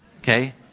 Okay